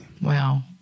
Wow